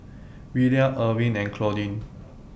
Willia Ervin and Claudine